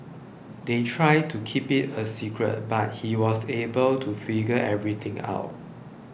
they tried to keep it a secret but he was able to figure everything out